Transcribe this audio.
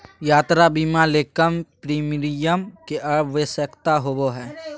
यात्रा बीमा ले कम प्रीमियम के आवश्यकता होबो हइ